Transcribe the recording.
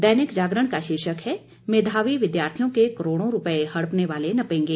दैनिक जागरण का शीर्षक है मेधावी विद्यार्थियों के करोड़ों रुपये हड़पने वाले नपेंगे